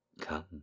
come